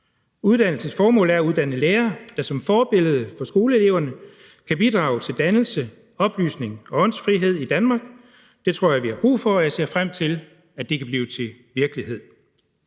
Uddannelsens formål er at uddanne lærere, der som forbillede for skoleeleverne kan bidrage til dannelse, oplysning og åndsfrihed i Danmark. Det tror jeg vi har brug for, og jeg ser frem til, at det kan blive til virkelighed.